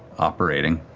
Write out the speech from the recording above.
operating.